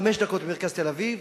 חמש דקות ממרכז תל-אביב.